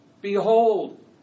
behold